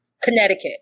Connecticut